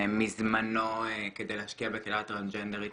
ומזמנו כדי להשקיע בקהילה הטרנסג'נדרית,